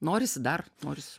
norisi dar norisi